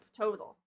total